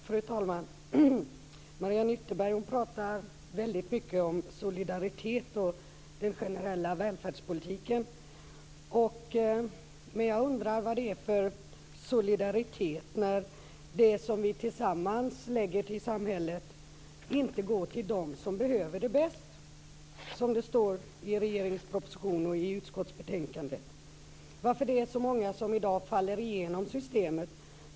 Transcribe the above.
Fru talman! Mariann Ytterberg talar väldigt mycket om solidaritet och den generella välfärdspolitiken. Jag undrar vad det är för solidaritet när det som vi tillsammans lägger till samhället inte går till dem som behöver det bäst, som det står i regeringens proposition och i utskottsbetänkandet. Varför är det så många som i dag faller igenom systemet?